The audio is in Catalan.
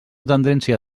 tendència